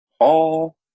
Paul